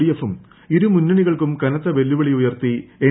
D എഫും ഇരു മുന്നണികൾക്കും കനത്ത വെല്ലുവിളി ഉയർത്തി എൻ